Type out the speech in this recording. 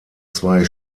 zwei